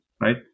right